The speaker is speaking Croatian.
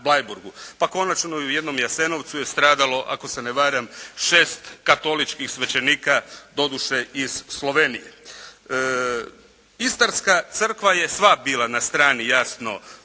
Pa konačno i u jednom Jasenovcu je stradalo ako se ne varam 6 katoličkih svećenika, doduše iz Slovenije. Istarska crkva je sva bila na strani jasno